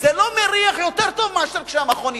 זה לא מריח יותר טוב מאשר כשהמכון יפעל.